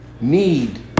need